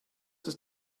ist